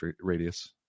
radius